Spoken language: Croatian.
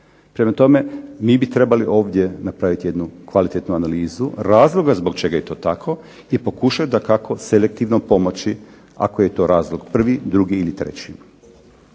Prema tome, mi bi trebali ovdje napraviti jednu kvalitetnu analizu razloga zbog čega je to tako i pokušati dakako selektivno pomoći ako je to razlog prvi, drugi ili treći.